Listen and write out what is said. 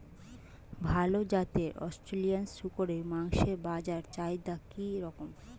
ভাল জাতের অস্ট্রেলিয়ান শূকরের মাংসের বাজার চাহিদা কি রকম?